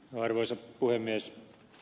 arvoisa puhemies